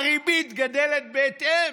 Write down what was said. הריבית גדלה בהתאם.